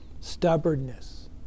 Stubbornness